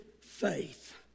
faith